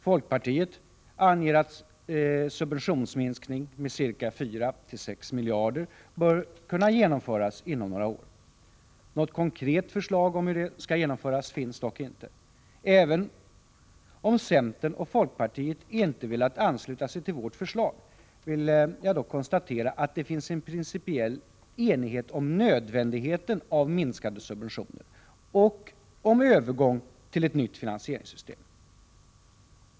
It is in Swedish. Folkpartiet anger att subventionsminskning med ca 4-6 miljarder bör kunna genomföras inom några år. Något konkret förslag om hur detta skall genomföras finns dock inte. Även om centern och folkpartiet inte velat ansluta sig till vårt förslag vill jag dock konstatera att det finns en principiell enighet om nödvändigheten av minskade subventioner och övergång till ett nytt finansieringssystem.